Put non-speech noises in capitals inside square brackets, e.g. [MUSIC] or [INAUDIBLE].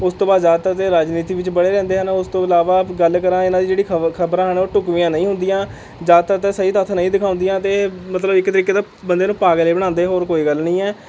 ਉਸ ਤੋਂ ਬਾਅਦ ਜ਼ਿਆਦਾਤਰ ਇਹ ਰਾਜਨੀਤੀ ਵਿੱਚ ਵੜ੍ਹੇ ਰਹਿੰਦੇ ਹਨ ਉਸ ਤੋਂ ਇਲਾਵਾ ਗੱਲ ਕਰਾਂ ਇਹਨਾਂ ਦੀਆਂ ਜਿਹੜੀ [UNINTELLIGIBLE] ਖਬਰਾਂ ਹਨ ਉਹ ਢੁੱਕਵੀਆਂ ਨਹੀਂ ਹੁੰਦੀਆਂ ਜ਼ਿਆਦਤਰ ਤਾਂ ਇਹ ਸਹੀ ਤੱਥ ਨਹੀਂ ਦਿਖਾਉਦੀਆਂ ਅਤੇ ਇਹ ਮਤਲਬ ਇਹ ਇੱਕ ਤਰੀਕੇ ਦਾ ਬੰਦੇ ਨੂੰ ਪਾਗਲ ਹੀ ਬਣਾਉਂਦੇ ਹੋਰ ਕੋਈ ਗੱਲ ਨਹੀਂ ਹੈ